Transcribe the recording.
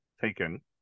taken